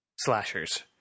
slashers